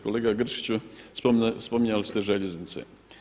Kolega Grčiću, spominjali ste željeznice.